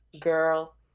Girl